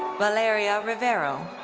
valeria rivero.